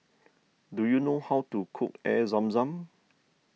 do you know how to cook Air Zam Zam